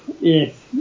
yes